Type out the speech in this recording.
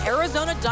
Arizona